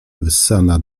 wyssana